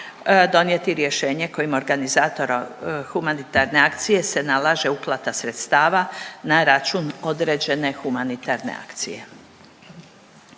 donijeti rješenje kojim organizator humanitarne akcije se nalaže uplata sredstava na račun određene humanitarne akcije.